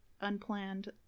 unplanned